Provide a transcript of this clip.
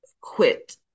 quit